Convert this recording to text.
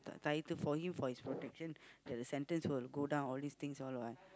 tighter for him for his protection that the sentence will go down all this thing all lah